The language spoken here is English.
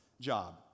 job